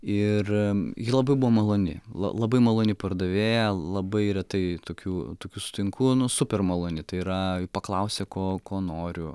ir ji labai buvo maloni la labai maloni pardavėja labai retai tokių tokių sutinku nu super maloni tai yra paklausė ko ko noriu